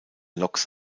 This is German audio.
loks